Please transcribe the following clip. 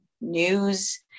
news